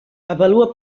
avalua